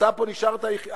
אתה פה נשארת יחידי,